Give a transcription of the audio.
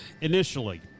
initially